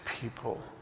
people